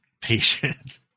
patient